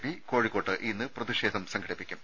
P കോഴിക്കോട്ട് ഇന്ന് പ്രതിഷേധം സംഘടിപ്പിക്കും